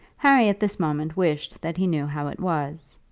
harry at this moment wished that he knew how it was.